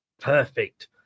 Perfect